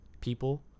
people